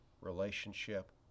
relationship